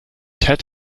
ted